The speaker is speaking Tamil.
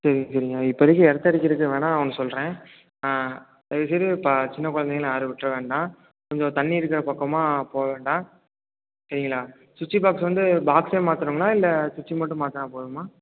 சரிங்க சரிங்க இப்போதிக்கி எர்த் அடிக்கிறதுக்கு வேணால் நான் ஒன்று சொல்கிறேன் தயவுசெய்து இப்போ சின்ன குழந்தைங்கள யாரும் விட்டுற வேண்டாம் கொஞ்சம் தண்ணி இருக்கிற பக்கமாக போக வேண்டாம் சரிங்களா சுச்ட்சு பாக்ஸு வந்து பாக்ஸே மாற்றணுங்களா இல்லை சுச்ட்சு மட்டும் மாற்றினா போதுமா